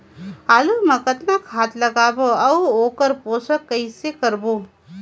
आलू मा कतना खाद लगाबो अउ ओकर पोषण कइसे करबो?